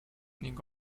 ning